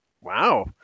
Wow